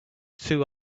two